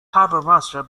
harbourmaster